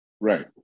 Right